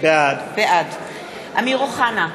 בעד אמיר אוחנה,